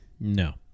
no